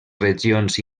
regions